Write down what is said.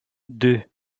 deux